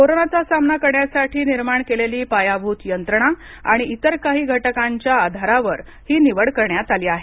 कोरोनाचा सामना करण्यासाठी निर्माण केलेली पायाभूत यंत्रणा आणि इतर काही घटकांच्या आधारवर ही निवड करण्यात आली आहे